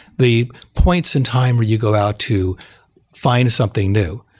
the points in time where you go out to find something new,